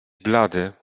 blady